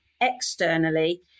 externally